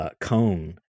cone